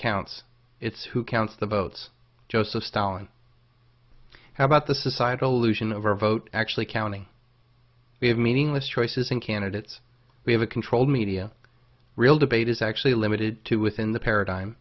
counts it's who counts the votes joseph stalin how about the societal aleutian of our vote actually counting we have meaningless choices in candidates we have a controlled media real debate is actually limited to within the paradigm